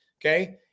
Okay